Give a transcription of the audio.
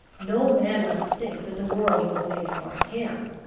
no man must think that the world was made for him.